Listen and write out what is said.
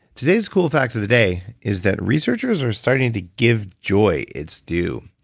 today's cool fact of the day is that researchers are starting to give joy it's due.